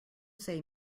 say